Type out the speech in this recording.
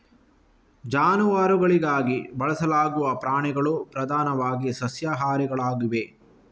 ಜಾನುವಾರುಗಳಾಗಿ ಬಳಸಲಾಗುವ ಪ್ರಾಣಿಗಳು ಪ್ರಧಾನವಾಗಿ ಸಸ್ಯಾಹಾರಿಗಳಾಗಿವೆ